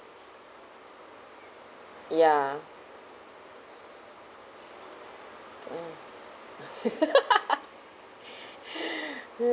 ya mm